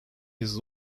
his